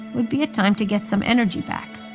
would be a time to get some energy back.